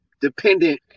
dependent